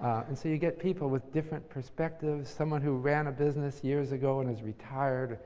and so, you get people with different perspectives, someone who ran a business years ago and is retired